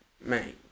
man